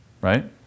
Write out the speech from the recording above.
right